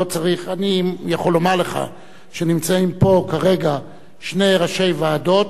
אני יכול לומר לך שנמצאים פה כרגע שני ראשי ועדות,